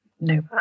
no